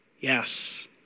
Yes